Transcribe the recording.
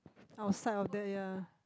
I'll side of that ya